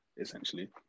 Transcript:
essentially